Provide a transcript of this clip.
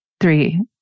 three